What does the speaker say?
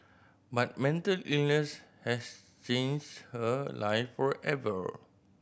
but mental illness has changed her life forever